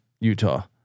Utah